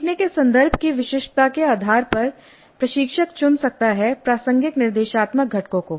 सीखने के संदर्भ की विशिष्टता के आधार पर प्रशिक्षक चुन सकता है प्रासंगिक निर्देशात्मक घटकों को